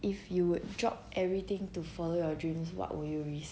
if you would drop everything to follow your dreams what would you risk